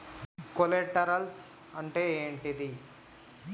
Collaterals అంటే ఏంటిది?